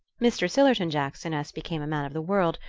mr. sillerton jackson, as became a man of the world,